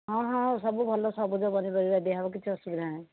ହଁ ହଁ ସବୁ ଭଲ ସବୁଜ ପନିପରିବା ଦିଆହେବ କିଛି ଅସୁବିଧା ନାହିଁ